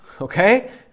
okay